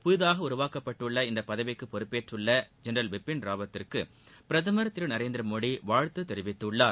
புதிதாக உருவாக்கப்பட்டுள்ள இப்பதவிக்கு பொறுப்பேற்றுள்ள ஜெனரல் பிபின் ராவத்துக்கு பிரதமன் திரு நரேந்திரமோடி வாழ்த்து தெரிவித்துள்ளார்